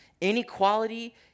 inequality